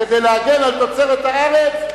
כדי להגן על תוצרת הארץ,